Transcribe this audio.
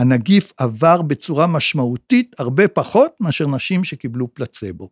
הנגיף עבר בצורה משמעותית הרבה פחות מאשר נשים שקיבלו פלצבו.